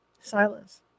Silence